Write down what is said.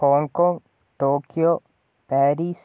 Hong Kong Tokyo Paris